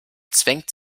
zwängt